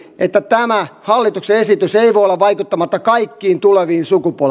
että tämä hallituksen esitys ei voi olla vaikuttamatta kaikkiin tuleviin sukupolviin ja siihen kristillisen perinnön tarjoamaan